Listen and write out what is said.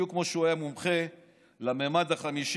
בדיוק כמו שהוא היה מומחה לממד החמישי,